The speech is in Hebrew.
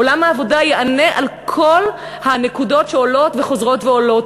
עולם העבודה יענה על כל הנקודות שעולות וחוזרות ועולות.